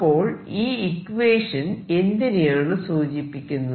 അപ്പോൾ ഈ ഇക്വേഷൻ എന്തിനെയാണ് സൂചിപ്പിക്കുന്നത്